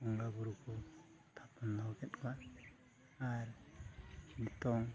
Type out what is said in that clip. ᱵᱚᱸᱜᱟ ᱵᱳᱨᱳ ᱠᱚ ᱛᱷᱟᱯᱚᱱ ᱫᱚᱦᱚ ᱠᱮᱫ ᱠᱚᱣᱟ ᱟᱨ ᱱᱤᱛᱚᱝ